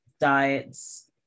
diets